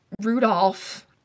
Rudolph